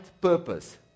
purpose